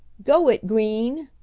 go it, green!